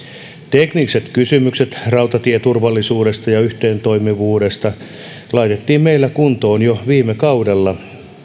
tekniset kysymykset rautatieturvallisuudesta ja yhteentoimivuudesta laitettiin meillä kuntoon jo viime kaudella